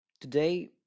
Today